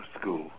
school